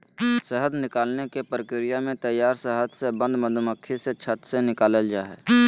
शहद निकालने के प्रक्रिया में तैयार शहद से बंद मधुमक्खी से छत्त से निकलैय हइ